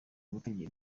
gutegera